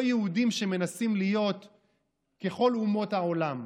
יהודים שמנסים להיות ככל אומות העולם,